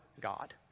God